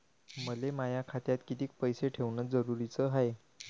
मले माया खात्यात कितीक पैसे ठेवण जरुरीच हाय?